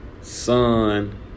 son